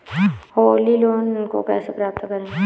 Holi loan को कैसे प्राप्त करें?